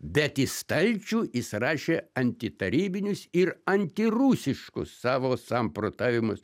bet į stalčių jis rašė antitarybinius ir antirusiškus savo samprotavimus